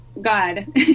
god